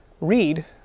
read